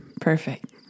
perfect